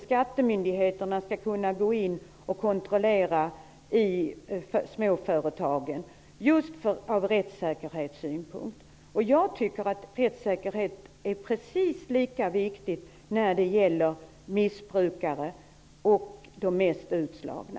Skattemyndigheterna skall alltså inte kunna gå in och kontrollera småföretagen just från rättssäkerhetssynpunkt. Jag tycker dock att rättssäkerheten är precis lika viktig när det gäller missbrukarna och de mest utslagna.